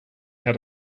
had